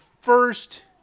first